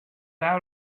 out